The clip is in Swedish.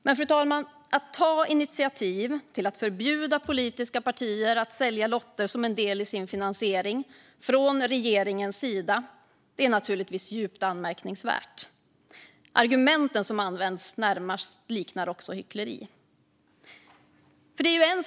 Men att från regeringens sida ta initiativ till att förbjuda politiska partier att sälja lotter som en del i sin finansiering är naturligtvis djupt anmärkningsvärt. Argumenten som används liknar närmast hyckleri. Fru talman!